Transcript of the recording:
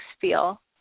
feel